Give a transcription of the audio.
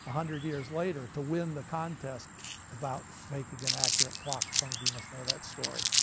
hundred years later, to win the contest about making an accurate clock some of you must know that story.